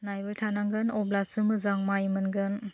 नायबाय थानांगोन अब्लासो मोजां माय मोनगोन